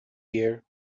year